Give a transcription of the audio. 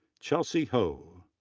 chelsea ho,